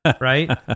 right